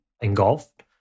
engulfed